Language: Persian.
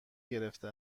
گرفته